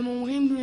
הם אומרים לי,